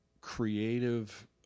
creative